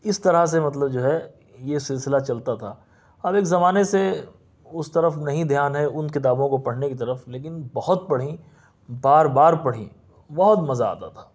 اس طرح سے مطلب جو ہے یہ سلسلہ چلتا تھا اب ایک زمانے سے اس طرف نہیں دھیان ہے ان کتابوں کو پڑھنے کی طرف لیکن بہت پڑھیں بار بار پڑھیں بہت مزہ آتا تھا